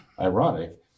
ironic